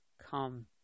come